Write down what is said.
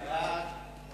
חוק בנק ישראל,